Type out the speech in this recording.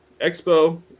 Expo